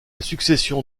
succession